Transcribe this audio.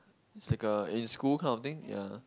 it's like a in school kind of thing ya